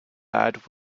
lad